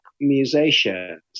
musicians